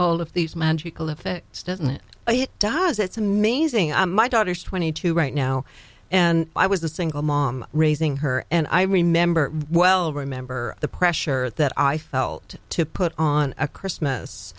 of these magical effects doesn't it it does it's amazing on my daughter's twenty two right now and i was a single mom raising her and i remember well remember the pressure that i felt to put on a christmas